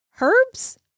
Herbs